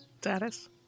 Status